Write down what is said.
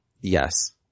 Yes